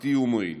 משפחתי ומועיל.